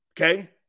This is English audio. Okay